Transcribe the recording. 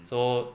so